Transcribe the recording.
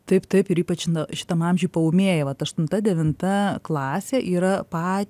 taip taip ir ypač šitam amžiui paūmėja vat aštunta devinta klasė yra pat